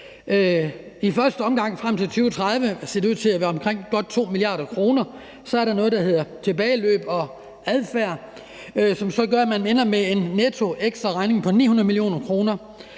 I første omgang, altså frem til 2030, ser det ud til at være godt 2 mia. kr. Så er der noget, der hedder tilbageløb og adfærd, som så gør, at man ender med en ekstraregning på netto 900 mio. kr.